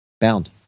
Bound